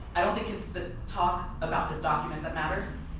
i don't think it's the talk about this document that matters,